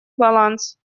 баланс